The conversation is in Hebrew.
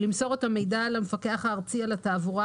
ולמסור את המידע למפקח הארצי על התעבורה